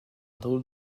drôle